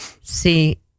see